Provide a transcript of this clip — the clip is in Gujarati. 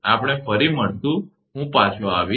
આપણે ફરી મળીશુ હું પાછો આવીશ